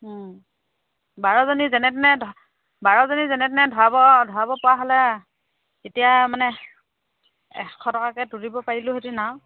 বাৰজনী যেনে তেনে ধ বাৰজনী যেনে তেনে ধৰাব ধৰাব পৰা হ'লে এতিয়া মানে এশ টকাকে তুলিব পাৰিলোঁহেঁতেন আৰু